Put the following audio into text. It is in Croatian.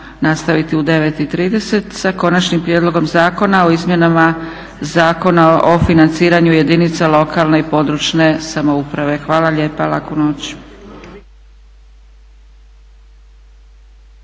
nastaviti u 9,30 sa Konačnim prijedlogom zakona o izmjenama Zakona o financiranju jedinica lokalne i područne samouprave. Hvala lijepa. Laku noć!